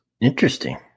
Interesting